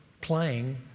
playing